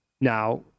now